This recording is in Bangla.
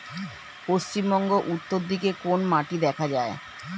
পশ্চিমবঙ্গ উত্তর দিকে কোন মাটি দেখা যায়?